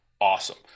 awesome